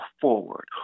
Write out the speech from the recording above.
forward